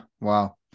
Wow